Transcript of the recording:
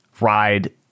ride